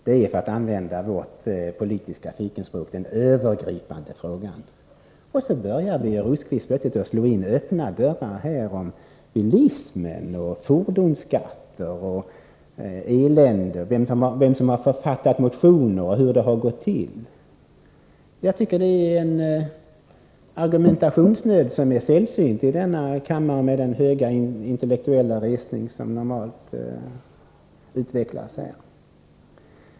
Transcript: Detta är, för att använda vårt politiska fikonspråk, den övergripande frågan. Så börjar Birger Rosqvist plötsligt att slå in öppna dörrar genom att tala om bilism, fordonsskatter, elände, vem som har författat motioner och hur det har gått till. Det är en argumentationsnöd, som är sällsynt i denna kammare med dess normalt höga intellektuella resning.